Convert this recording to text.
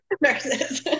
Nurses